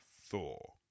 Thor